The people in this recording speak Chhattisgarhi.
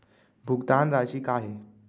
भुगतान राशि का हे?